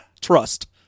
Trust